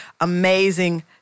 Amazing